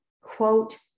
quote